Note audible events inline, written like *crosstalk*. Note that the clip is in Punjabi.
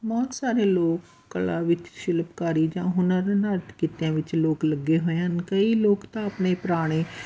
ਬਹੁਤ ਸਾਰੇ ਲੋਕ ਕਲਾ ਵਿੱਚ ਸ਼ਿਲਪਕਾਰੀ ਜਾਂ ਹੋਰਨਾਂ *unintelligible* ਕਿੱਤਿਆਂ ਵਿੱਚ ਲੋਕ ਲੱਗੇ ਹੋਏ ਹਨ ਕਈ ਲੋਕ ਤਾਂ ਆਪਣੇ ਪੁਰਾਣੇ